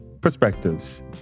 Perspectives